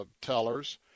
tellers